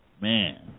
man